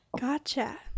Gotcha